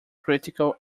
critical